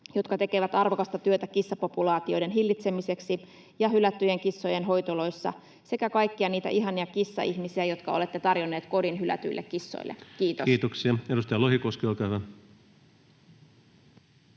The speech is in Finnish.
jotka tekevät arvokasta työtä kissapopulaatioiden hillitsemiseksi ja hylättyjen kissojen hoitoloissa sekä kaikkia niitä ihania kissaihmisiä, jotka olette tarjonneet kodin hylätyille kissoille. — Kiitos. [Speech 136] Speaker: